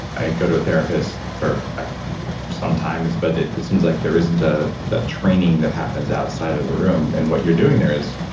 i go to a therapist for ah some times. but it it seems like there isn't ah that training that happens outside of the room and what you're doing there is,